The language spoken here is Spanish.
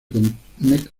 conectan